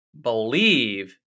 believe